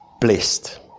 Blessed